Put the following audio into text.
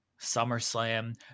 SummerSlam